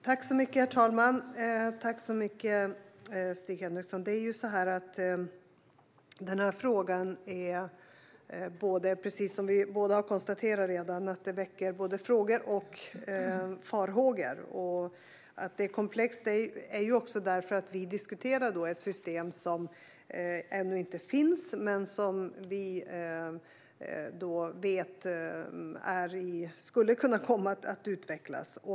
Herr talman! Tack så mycket, Stig Henriksson! Denna fråga väcker, som vi båda redan har konstaterat, både frågor och farhågor. Detta är komplext också därför att vi diskuterar ett system som ännu inte finns men som vi vet skulle kunna komma att utvecklas.